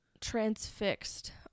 transfixed